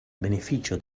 beneficio